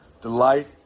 delight